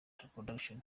production